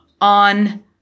on